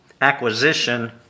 acquisition